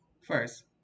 first